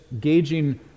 gauging